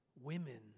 women